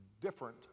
different